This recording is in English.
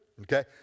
okay